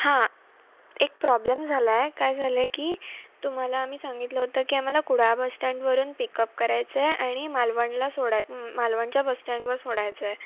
हां एक प्रॉब्लेम झाला आहे काय झालं आहे की तुम्हाला मी सांगितलं होतं की आम्हाला कुडाळ बसस्टँडवरून पिकअप करायचं आहे आणि मालवणला सोडा मालवणच्या बसस्टँडवर सोडायचं आहे